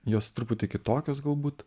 jos truputį kitokios galbūt